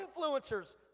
influencers